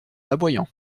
aboyant